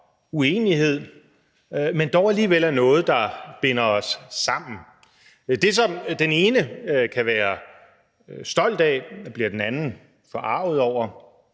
uenighed, men dog alligevel er noget, der binder os sammen. Det, som den ene kan være stolt af, bliver den anden forarget over,